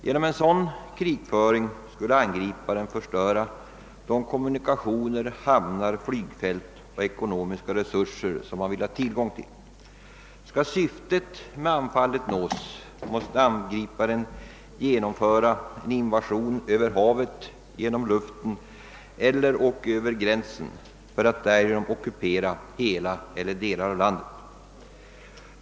Med en sådan krigföring skulle angriparen förstöra de kommunikationer, hamnar, flygfält och ekonomiska resurser som han vill ha tillgång till. Skall syftet med anfallet nås måste angriparen genomföra en invasion över havet, genom luften eller/ och över gränsen för att därigenom ockupera hela landet eller delar av det.